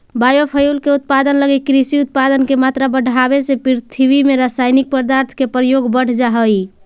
biofuel के उत्पादन लगी कृषि उत्पाद के मात्रा बढ़ावे से पृथ्वी में रसायनिक पदार्थ के प्रयोग बढ़ जा हई